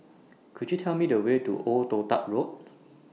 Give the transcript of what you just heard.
Could YOU Tell Me The Way to Old Toh Tuck Road